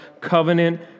covenant